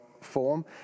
form